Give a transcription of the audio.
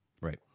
Right